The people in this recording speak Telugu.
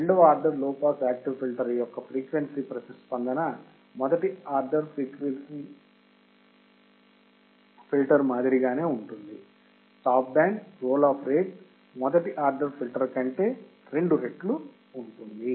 రెండవ order low pass active filter యొక్క ఫ్రీక్వెన్సీ ప్రతిస్పందన మొదటి ఆర్డర్ ఫిల్టర్ మాదిరిగానే ఉంటుంది stop band roll off rate మొదటి ఆర్డర్ ఫిల్టర్ కంటే రెండు రెట్లు ఉంటుంది